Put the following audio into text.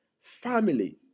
family